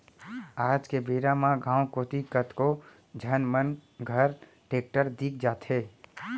आज के बेरा म गॉंव कोती कतको झन मन घर टेक्टर दिख जाथे